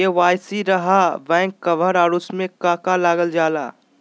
KYC रहा back cover और उसमें का का लागल जाला?